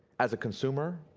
as a consumer,